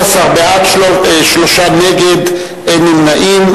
11 בעד, שלושה נגד, אין נמנעים.